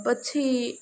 પછી